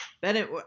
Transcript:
bennett